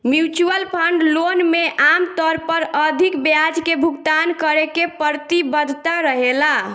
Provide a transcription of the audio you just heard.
mutual fund loan में आमतौर पर अधिक ब्याज के भुगतान करे के प्रतिबद्धता रहेला